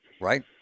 right